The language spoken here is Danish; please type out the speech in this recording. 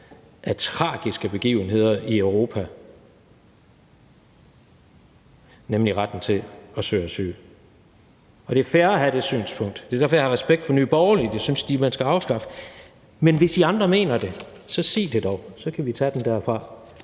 af tragiske begivenheder i Europa, nemlig retten til at søge asyl. Det er fair at have det synspunkt. Det er derfor, jeg har respekt for Nye Borgerlige. Det synes de man skal afskaffe, men hvis I andre mener det, så sig det dog. Så kan vi tage den derfra.